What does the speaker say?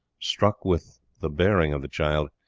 struck with the bearing of the child,